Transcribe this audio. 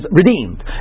redeemed